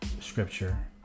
scripture